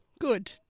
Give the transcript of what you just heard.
Good